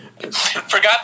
forgot